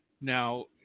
now